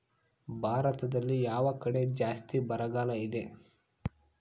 ಭಾರತದಲ್ಲಿ ಯಾವ ಕಡೆ ಜಾಸ್ತಿ ಬರಗಾಲ ಇದೆ?